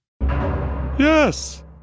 Yes